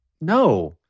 No